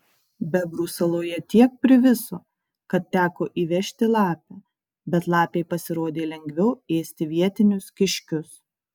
bebrų saloje tiek priviso kad teko įvežti lapę bet lapei pasirodė lengviau ėsti vietinius kiškius